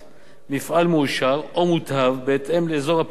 מפעל מאושר או מוטב, בהתאם לאזור הפיתוח